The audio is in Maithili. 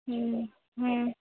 हुँ हँ